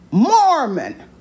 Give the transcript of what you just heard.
Mormon